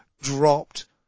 dropped